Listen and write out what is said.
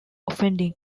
offending